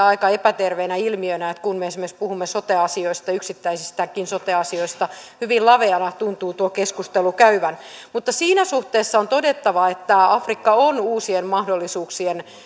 aika epäterveenä ilmiönä sitä että kun me puhumme esimerkiksi sote asioista yksittäisistäkin sote asioista niin hyvin laveana tuntuu tuo keskustelu käyvän mutta on todettava että afrikka on uusien mahdollisuuksien